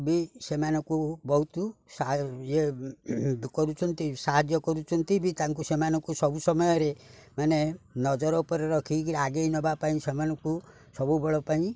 ବି ସେମାନଙ୍କୁ ବହୁତ ଇଏ କରୁଛନ୍ତି ସାହାଯ୍ୟ କରୁଛନ୍ତି ବି ତାଙ୍କୁ ସେମାନଙ୍କୁ ସବୁ ସମୟରେ ମାନେ ନଜର ଉପରେ ରଖିକିରି ଆଗେଇ ନବା ପାଇଁ ସେମାନଙ୍କୁ ସବୁବେଳ ପାଇଁ